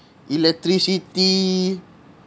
electricity